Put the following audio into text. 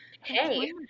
hey